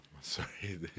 Sorry